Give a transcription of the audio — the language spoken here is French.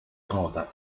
content